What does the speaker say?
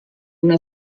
una